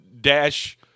dash